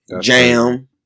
Jam